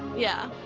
yeah.